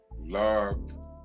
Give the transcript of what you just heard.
love